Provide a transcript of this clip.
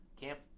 camp